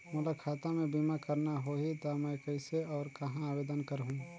मोला खाता मे बीमा करना होहि ता मैं कइसे और कहां आवेदन करहूं?